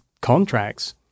contracts